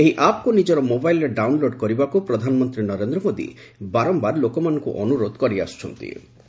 ଏହି ଆପ୍କୁ ନିଙ୍କର ମୋବାଇଲ୍ରେ ଡାଉନ୍ଲୋଡ୍ କରିବାକୁ ପ୍ରଧାନମନ୍ତ୍ରୀ ନରେନ୍ଦ୍ର ମୋଦୀ ବାରମ୍ଭାର ଲୋକମାନଙ୍କୁ ଅନୁରୋଧ କରିଆସ୍କ୍ଥନ୍ତି